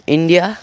India